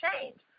change